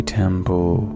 temple